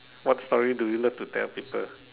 what story do you love to tell people